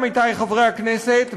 עמיתי חברי הכנסת,